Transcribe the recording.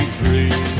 free